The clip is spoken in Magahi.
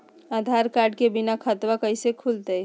आधार कार्ड के बिना खाताबा कैसे खुल तय?